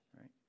right